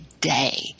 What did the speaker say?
day